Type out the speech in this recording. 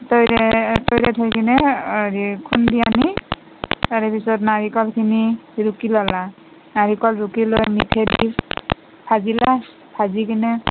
তৈৰেই তৈৰেই থৈ কিনে হেৰি খুন্দি আনি তাৰ পিছত নাৰিকলখিনি ৰুকি ল'লা নাৰিকল ৰুকি লৈ মিঠেই দি ভাজিলা ভাজি কিনে